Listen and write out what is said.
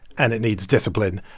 and it needs discipline.